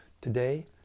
today